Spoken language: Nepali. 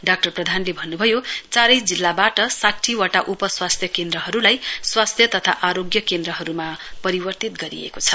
डाक्टर प्रधानले भन्न्भयो चारै जिल्लाबाट साठीवटा उप स्वास्थ्य केन्द्रहरूलाई स्वास्थ्य तथा आरोग्य केन्द्रहरूमा परिवर्तित गरिएको छ